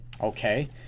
okay